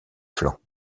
flancs